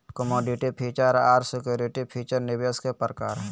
commodity feature आर security feature निवेश के प्रकार हय